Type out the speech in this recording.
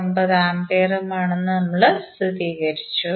69 ആമ്പിയറുമാണെന്ന് നമ്മൾ സ്ഥിരീകരിച്ചു